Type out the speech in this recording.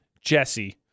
Jesse